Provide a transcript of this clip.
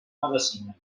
medecina